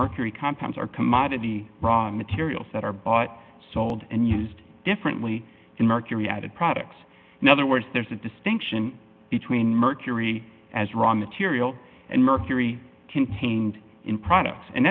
mercury compounds are commodity raw materials that are bought sold and used differently in mercury added products and other words there's a distinction between mercury as raw material and mercury contained in products and